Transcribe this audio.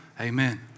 amen